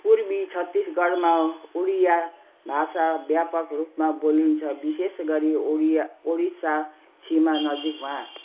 पूर्वी छत्तिसगढमा उडिया भाषा व्यापक रूपमा बोलिन्छ विशेष गरी उडिया ओडिसा सीमा नजिकमा